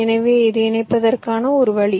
எனவே இது இணைப்பதற்கான ஒரு வழி